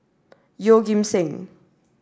Yeoh Ghim Seng